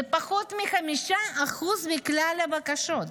זה פחות מ-5% מכלל הבקשות.